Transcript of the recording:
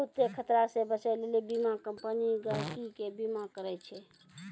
बहुते खतरा से बचै लेली बीमा कम्पनी गहकि के बीमा करै छै